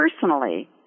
personally